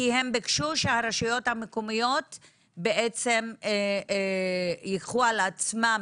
כי הם ביקשו שהרשויות המקומיות בעצם ייקחו על עצמם